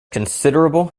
considerable